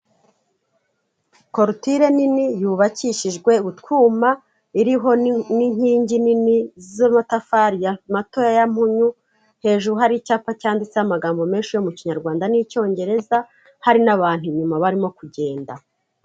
Korutire nini yubakishijwe utwuma iriho n'inkingi nini z'amatafari mato ya mpunyu, hejuru hari icyapa cyanditseho amagambo menshi yo mu kinyarwanda n'icyongereza hari n'abantu inyuma barimo kugenda.